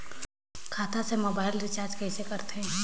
खाता से mobile recharge कइसे करथे